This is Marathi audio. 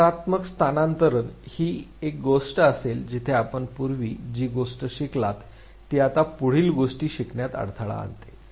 नकारात्मक स्थानांतरण ही एक गोष्ट असेल जिथे आपण पूर्वी जी गोष्ट शिकलात ती आता पुढील गोष्टी शिकण्यात अडथळा आणते